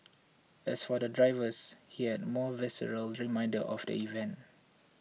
as for the drivers he had more visceral reminder of the event